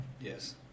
Yes